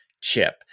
chip